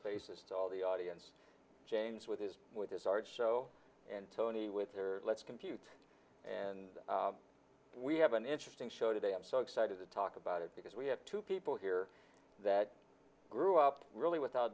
faces all the audience janes with his with his art show and tony with her let's compute and we have an interesting show today i'm so excited to talk about it because we have two people here that grew up really without